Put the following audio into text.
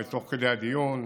ותוך כדי הדיון,